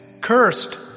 cursed